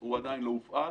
הוא עדיין לא הופעל.